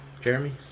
Jeremy